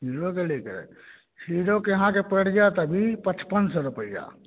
हीरोके लै के है हीरोके अहाँके पड़ि जायत अभी पचपन सए रुपैआ